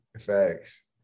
Facts